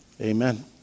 Amen